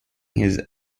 his